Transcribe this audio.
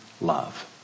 love